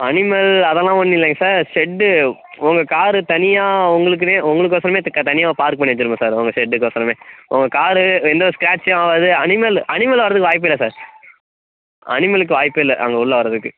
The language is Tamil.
அனிமல் அதெல்லாம் ஒன்றும் இல்லைங்க சார் செட் உங்க கார் தனியாக உங்களுக்குனே உங்களுக்கொசரமே தனியாக பார்க் பண்ணி வச்சிருக்கோம் சார் உங்கள் செட்டுக்கொசரமே உங்க கார் எந்த ஒரு ஸ்க்ராட்ச்சும் ஆகாது அனிமல் அனிமல் வரதுக்கு வாய்ப்பு இல்லை சார் அனிமலுக்கு வாய்ப்பே இல்லை அங்கே உள்ளே வரதுக்கு